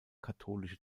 katholische